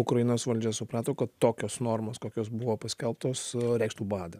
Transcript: ukrainos valdžia suprato kad tokios normos kokios buvo paskelbtos reikštų badą